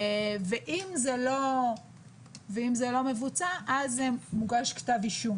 ואם זה לא מבוצע אז מוגש כתב אישום.